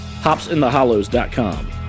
HopsInTheHollows.com